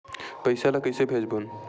पईसा ला कइसे भेजबोन?